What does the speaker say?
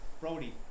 Brody